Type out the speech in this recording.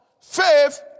faith